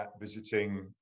visiting